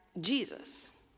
Jesus